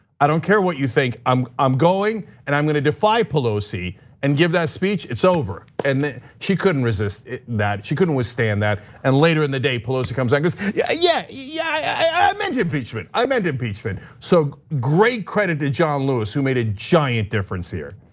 i don't care what you think, i'm um going and i'm going to defy pelosi and give that speech. it's over and she couldn't resist that, she couldn't stay in that and later in the day pelosi comes i guess, yeah, yeah yeah i meant impeachment. i meant impeachment. so, great credit to john lewis who made a giant difference here.